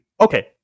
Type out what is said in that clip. Okay